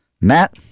Matt